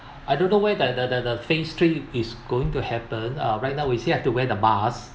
I don't know when the the the phase three is going to happen ah right now we still have to wear the mask